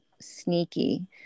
sneaky